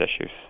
issues